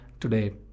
today